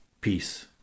Peace